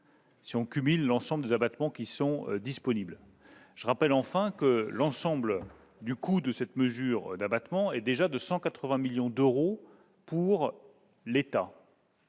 si l'on cumule l'ensemble des abattements applicables. Je rappelle enfin que l'ensemble du coût de cette mesure d'abattement est déjà de 180 millions d'euros pour le